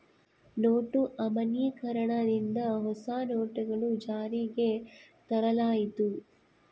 note ಅಮಾನ್ಯೀಕರಣ ದಿಂದ ಹೊಸ ನೋಟುಗಳು ಜಾರಿಗೆ ತರಲಾಯಿತು